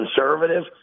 conservative